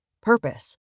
Purpose